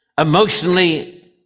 emotionally